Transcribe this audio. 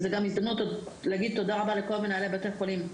זאת גם הזדמנות להגיד תודה רבה לכל מנהלי בתי החולים,